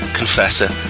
confessor